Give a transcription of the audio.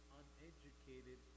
uneducated